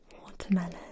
watermelon